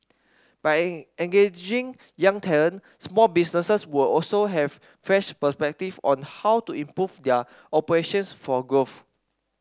by in engaging young talent small businesses will also have fresh perspective on how to improve their operations for growth